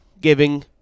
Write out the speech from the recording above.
giving